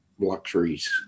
luxuries